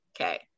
Okay